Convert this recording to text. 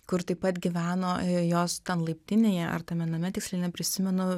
kur taip pat gyveno jos ten laiptinėje ar tame name tiksliai neprisimenu